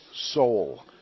Soul